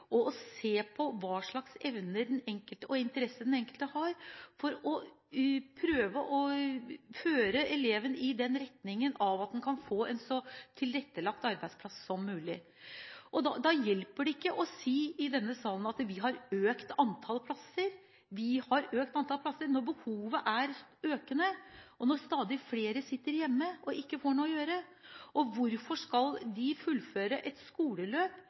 og å se på hva slags evner og interesser den enkelte har, for å føre eleven i retning av å kunne få en så tilrettelagt arbeidsplass som mulig. Da hjelper det ikke å si i denne salen at vi har økt antall plasser når behovet er økende og når stadig flere sitter hjemme og ikke får noe å gjøre. Hvorfor skal de fullføre et skoleløp